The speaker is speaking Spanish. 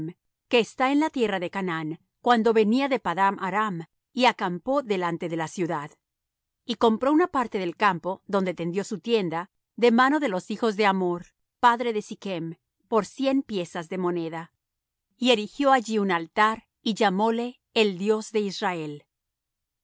que está en la tierra de canaán cuando venía de padan aram y acampó delante de la ciudad y compró una parte del campo donde tendió su tienda de mano de los hijos de hamor padre de sichm por cien piezas de moneda y erigió allí un altar y llamóle el dios de israel